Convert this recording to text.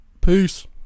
Peace